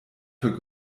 für